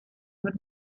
mit